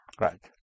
Right